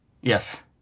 Yes